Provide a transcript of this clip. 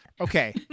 Okay